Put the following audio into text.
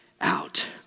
out